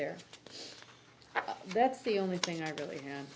there that's the only thing i really wan